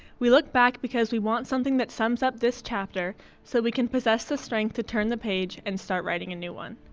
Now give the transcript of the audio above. we look back because we want something that sums up this chapter so we can possess the strength to turn the page and start writing a new one.